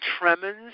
tremens